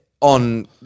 on